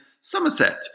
Somerset